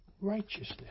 righteousness